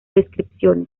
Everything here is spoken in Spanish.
descripciones